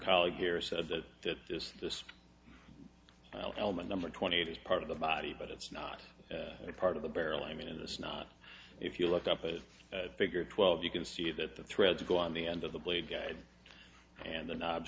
colleague here said that just this element number twenty eight is part of the body but it's not a part of the barrel i mean in this not if you look up a figure twelve you can see that the thread to go on the end of the blade guide and the knob